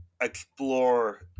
explore